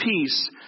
peace